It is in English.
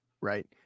Right